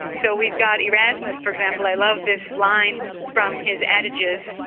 so we've got erasmus, for example, i love this line from his adages,